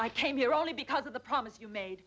i came here only because of the promise you made